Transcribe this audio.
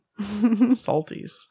salties